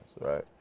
right